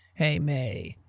heyy mae.